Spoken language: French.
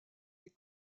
les